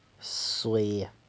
suay ah